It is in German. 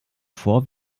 vor